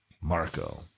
Marco